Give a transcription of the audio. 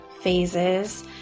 phases